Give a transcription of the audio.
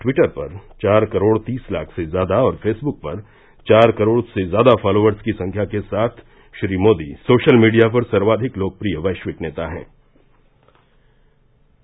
Twitter पर चार करोड़ तीस लाख से ज्यादा और फेसबुक पर चार करोड़ से ज्यादा फॉलोवर्स की संख्या के साथ श्री मोदी सोशल मीडिया पर सर्वाधिक लोकप्रिय वैश्विक नेता हैँ